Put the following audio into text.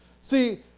See